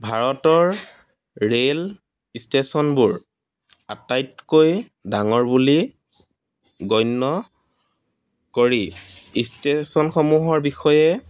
ভাৰতৰ ৰেল ষ্টেশ্যনবোৰ আটাইতকৈ ডাঙৰ বুলি গণ্য কৰি ষ্টেশ্যনসমূহৰ বিষয়ে